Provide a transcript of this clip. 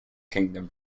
kingdom